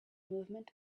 movement